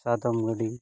ᱥᱟᱫᱚᱢ ᱜᱟᱹᱰᱤ